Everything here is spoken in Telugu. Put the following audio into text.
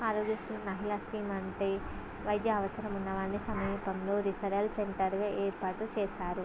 ఆరోగ్యశ్రీ మహిళా స్కీమ్ అంటే వైద్య అవసరం ఉన్న వారి సమీపంలో రెఫెరల్ సెంటర్ ఏర్పాటు చేశారు